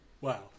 Wow